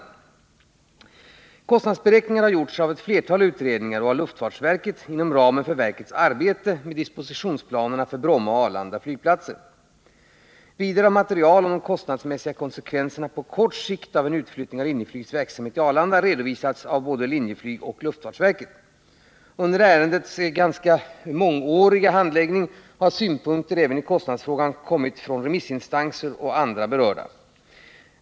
Kostnadsberäkningar har gjorts av ett flertal utredningar och av luftfartsverket inom ramen för verkets arbete med dispositionsplanerna för Bromma och Arlanda flygplatser. Vidare har material om de kostnadsmässiga konsekvenserna på kort sikt av en utflyttning av Linjeflygs verksamhet till Arlanda redovisats av både Linjeflyg och luftfartsverket. Under ärendets fleråriga handläggning har synpunkter även i kostnadsfrågan kommit fram från remissinstanser och andra berörda.